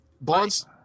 Bond's